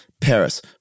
Paris